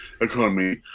economy